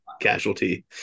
casualty